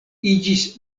iĝis